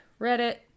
Reddit